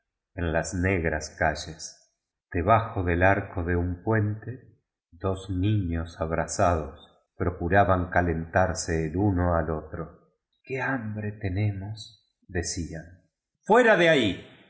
en las negras calles debajo del arco de un puente dos niños abrazados procuraban calentar se el uno al otro qué hambre tenemos de cían fuera de ahií